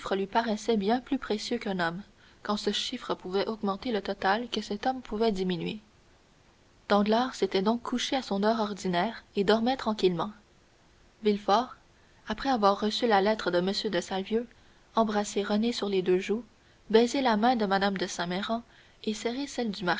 lui paraissait bien plus précieux qu'un homme quand ce chiffre pouvait augmenter le total que cet homme pouvait diminuer danglars s'était donc couché à son heure ordinaire et dormait tranquillement villefort après avoir reçu la lettre de m de salvieux embrassé renée sur les deux joues baisé la main de mme de saint méran et serré celle du